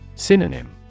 Synonym